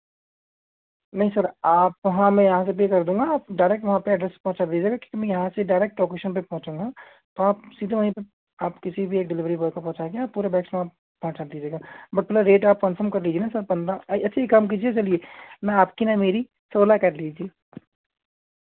नहीं सर आप हाँ मैं यहाँ से पे कर दूंगा आप डायरेक्ट वहाँ पे एड्रैस पहुँचा दीजिएगा ठीक है मैं यहाँ से डायरेक्ट लोकेशन पर पहुँचूंगा तो आप सीधे वहीं पे आप किसी भी एक डिलीवरी बॉय को पहुँचा के आप पूरे बैग्स वहाँ पहुँचा दीजिएगा बट थोड़ा रेट आप कन्फर्म कर दीजिए ना सर पंद्रह ऐसे ही काम कीजिए चलिए ना आपकी ना मेरी सोलह कर लीजिए